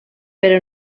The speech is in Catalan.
però